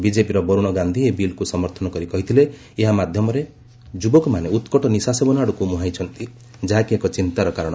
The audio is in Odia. ବିକେପିର ବରୁଣ ଗାନ୍ଧି ଏହି ବିଲ୍କୁ ସମର୍ତନ କରି କହିଥିଲେ ଏହା ମାଧ୍ୟମରେ ଯୁବକମାନେ ଉତ୍କଟ ନିଶା ସେବନ ଆଡ଼କୁ ମୁହାଁଇଛନ୍ତି ଯାହାକି ଏକ ଚିନ୍ତାର କାରଣ